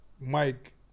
Mike